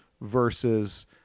versus